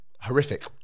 Horrific